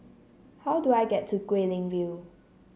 how do I get to Guilin View